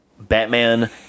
Batman